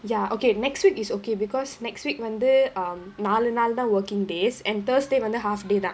ya okay next week is okay because next week வந்து:vandhu um நாலு நாள்தா:naalu naalthaa working days and thursday வந்து:vandhu half day தா:tha